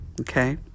okay